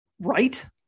Right